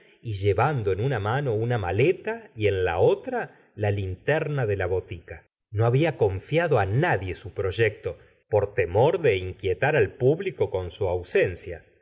y llevando en una mano una maleta y en la otra la linterna de la botica no había confiado a nadie su proyecto por temor de inquietar al público con su ausencia